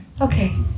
Okay